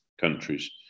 countries